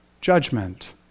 judgment